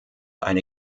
eine